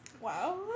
Wow